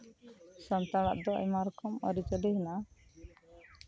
ᱥᱟᱱᱛᱟᱲᱟᱜ ᱫᱚ ᱟᱭᱢᱟ ᱨᱚᱠᱚᱢ ᱟᱹᱨᱤᱪᱟᱹᱞᱤ ᱦᱮᱱᱟᱜᱼᱟ